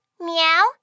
meow